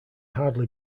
hardly